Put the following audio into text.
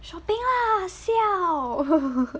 shopping lah siao